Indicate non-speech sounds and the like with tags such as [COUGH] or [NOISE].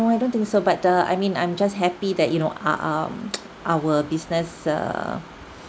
I don't think so but err I mean I'm just happy that you know uh um [NOISE] our business err